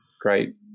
great